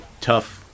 tough